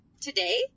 today